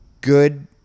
good